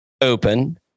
Open